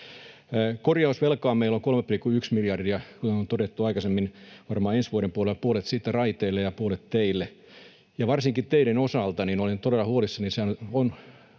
Korjausvelkaa meillä on 3,1 miljardia, kuten on todettu aikaisemmin, varmaan ensi vuoden puolella puolet siitä raiteille ja puolet teille. Varsinkin teiden osalta olen todella huolissani. Se